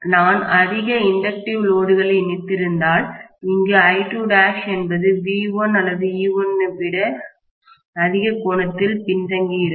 நான் அதிக இன்டக்டிவ் லோடுகளை இணைத்திருந்தால் இங்கு I2' என்பது V1 அல்லது E1 ஐ விட அதிக கோணத்தில் பின்தங்கியிருக்கும்